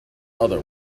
other